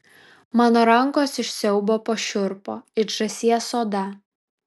mano rankos iš siaubo pašiurpo it žąsies oda